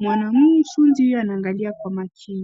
Mwanafunzi huyo anaangalia kwa makini.